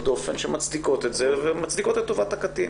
דופן שמצדיקות את זה ומצדיקות את טובת הקטין